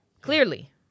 Clearly